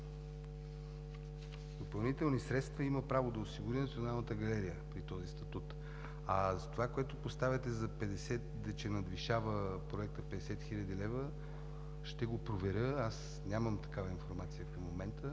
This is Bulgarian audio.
допълнителни средства има право да осигури Националната галерия при този статут. Това, което поставяте като въпрос, че проектът надвишава 50 хил. лв., ще го проверя. Аз нямам такава информация към момента.